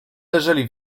leżeli